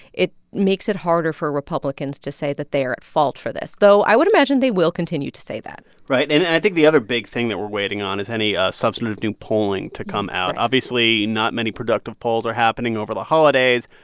it makes it harder for republicans to say that they're at fault for this. though, i would imagine they will continue to say that right. and i think the other big thing that we're waiting on is any substantive new polling to come out right obviously, not many productive polls are happening over the holidays.